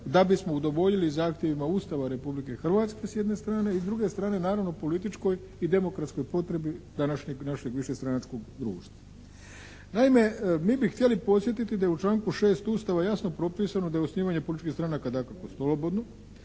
da bismo udovoljili zahtjevima Ustava Republike Hrvatske s jedne strane. I s druge strane naravno političkoj i demokratskoj potrebi današnjeg našeg višestranačkog društva. Naime, mi bi htjeli podsjetiti da je u članku 6. Ustava jasno propisano da je osnivanje političkih stranaka dakako slobodno,